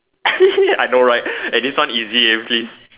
I know right and it's not easy please